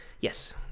Yes